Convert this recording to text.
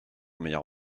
meilleur